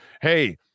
hey